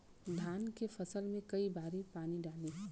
धान के फसल मे कई बारी पानी डाली?